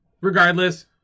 regardless